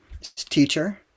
teacher